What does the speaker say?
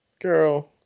Girl